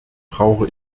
brauche